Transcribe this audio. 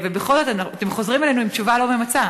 ובכל זאת אתם חוזרים אלינו עם תשובה לא ממצה.